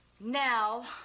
Now